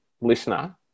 listener